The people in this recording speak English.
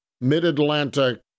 Mid-Atlantic